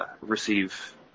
receive